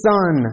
Son